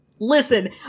Listen